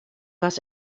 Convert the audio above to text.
was